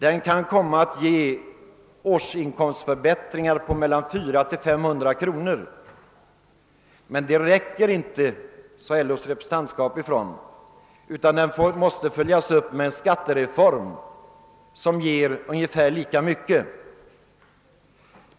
Avtalsuppgörelsen gav årsinkomstförbättringar på mellan 400 och 500 kronor, men det räcker inte, sade LO:s representantskap, utan den måste följas upp med en skattereform som ger ungefär lika mycket.